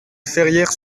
ferrières